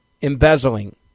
embezzling